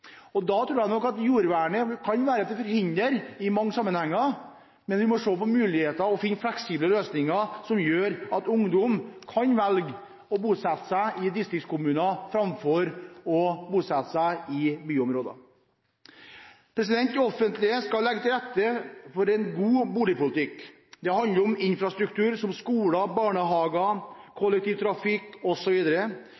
barn. Da tror jeg nok at jordvernet kan være til hinder i mange sammenhenger, men vi må se på mulighetene og finne fleksible løsninger som gjør at ungdom velger å bosette seg i distriktskommuner framfor i byområder. Det offentlige skal legge til rette for en god boligpolitikk. Det handler om infrastruktur som skoler, barnehager,